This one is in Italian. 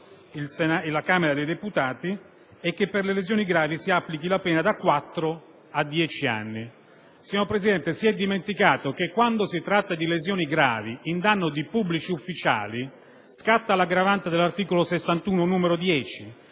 la Camera dei deputati per le lesioni gravi è la reclusione da quattro a dieci anni. Signor Presidente, ci si è dimenticati che quando si tratta di lesioni gravi in danno di pubblici ufficiali scatta l'aggravante dell'articolo 61, n. 10,